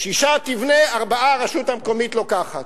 6 תבנה, 4 הרשות המקומית לוקחת.